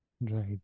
Right